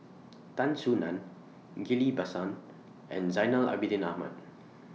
Tan Soo NAN Ghillie BaSan and Zainal Abidin Ahmad